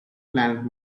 planet